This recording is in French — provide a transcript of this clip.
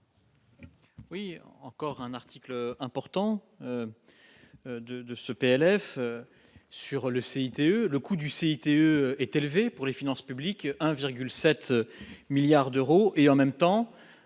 Encore un article important de de ce PLF sur le CICE, le coût du CICE est élevé pour les finances publiques 1,7 milliards d'euros, et en même temps